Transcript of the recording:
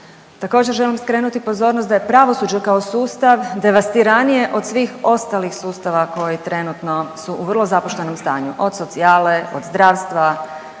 Također želim skrenuti pozornost da je pravosuđe kao sustav devastiranije od svih ostalih sustava koji trenutno su u vrlo zapuštenom stanju, od socijale, od zdravstva,